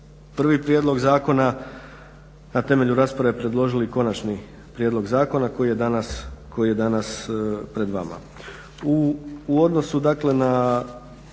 prvi prijedlog zakona, na temelju rasprave predložili konačni prijedlog zakona koji je danas pred vama.